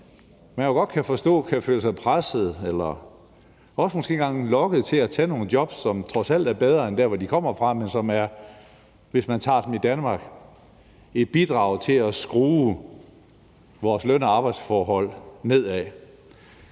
man jo godt kan forstå kan føle sig presset eller måske også en gang imellem lokket til at tage nogle jobs, som trods alt er bedre end der, hvor de kommer fra, men som er – hvis man tager dem i Danmark – et bidrag til at skrue vores løn- og arbejdsforhold nedad.